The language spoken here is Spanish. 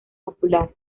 popular